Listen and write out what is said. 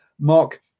Mark